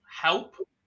help